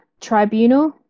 tribunal